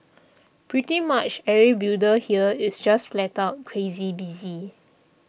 pretty much every builder here is just flat out crazy busy